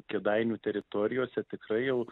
kėdainių teritorijose tikrai jau